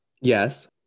Yes